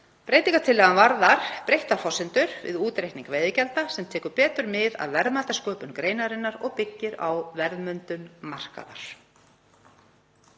Breytingartillagan varðar breyttar forsendur við útreikning veiðigjalda sem tekur betur mið af verðmætasköpun greinarinnar og byggir á verðmyndun markaðar.